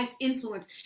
influence